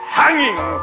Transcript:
hanging